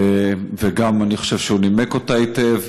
אני גם חושב שהוא נימק אותה היטב.